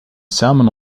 samen